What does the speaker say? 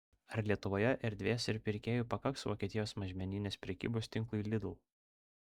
ar lietuvoje erdvės ir pirkėjų pakaks vokietijos mažmeninės prekybos tinklui lidl